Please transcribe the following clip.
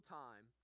time